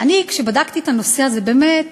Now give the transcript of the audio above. כשבדקתי את הנושא הזה, באמת